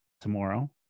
tomorrow